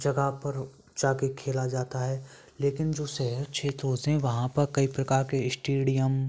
जगह पर जाकर खेला जाता है लेकिन जो शेहर क्षेत्र होते हैं वहाँ पर कई प्रकार के स्टेडियम